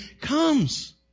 comes